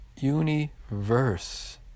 Universe